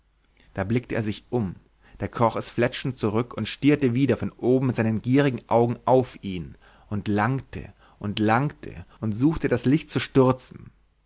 da blickte er sich um da kroch es fletschend zurück und stierte wieder von oben mit seinem gierigen auge auf ihn und langte und langte und suchte das licht zu stürzen